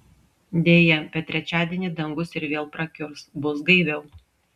deja bet trečiadienį dangus ir vėl prakiurs bus gaiviau